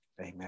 Amen